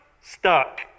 stuck